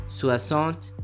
soixante